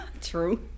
True